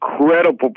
incredible